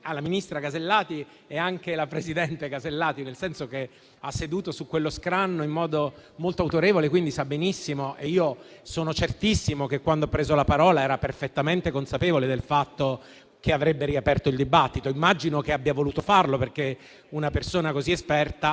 la ministra Casellati è anche la presidente Casellati, nel senso che ha seduto su quello scranno in modo molto autorevole e, quindi, sono certissimo che, quando ho preso la parola, era perfettamente consapevole del fatto che avrebbe riaperto il dibattito. Immagino che abbia voluto farlo. Una persona così esperta